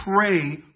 pray